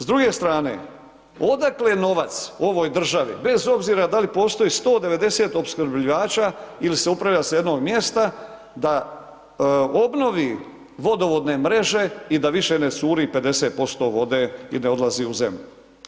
S druge strane, odakle novac ovoj državi bez obzira da li postoji 190 opskrbljivača ili se upravlja s jednog mjesta da obnovi vodovodne mreže i da više ne curi 50% vode i ne odlazi u zemlju.